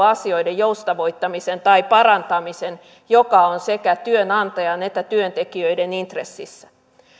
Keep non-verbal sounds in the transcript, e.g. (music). (unintelligible) asioiden joustavoittamisen tai parantamisen joka on sekä työnantajan että työntekijöiden intressissä